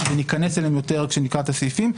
ניכנס אליהם יותר כשנקרא את הסעיפים,